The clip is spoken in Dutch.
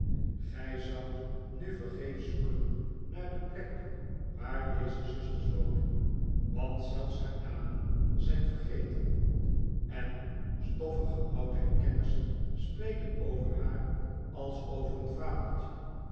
gij zoudt nu vergeefs zoeken naar de plek waar deze zusters woonden want zelfs haar namen zijn vergeten en stoffige oudheidkenners spreken over haar als over een fabeltje